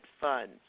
funds